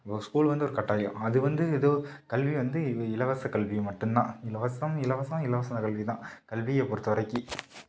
இப்போ ஸ்கூல் வந்து ஒரு கட்டாயம் அது வந்து எதோ கல்வி வந்து இலவசம் கல்வி மட்டும் தான் இலவசம் இலவசம் இலவசம் கல்வி தான் கல்வியை பொறுத்த வரைக்கு